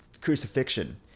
crucifixion